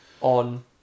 on